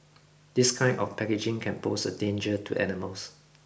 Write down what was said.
this kind of packaging can pose a danger to animals